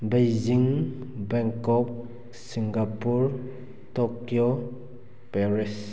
Beijing Bangkok Singapore Tokyo Paris